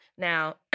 Now